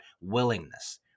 willingness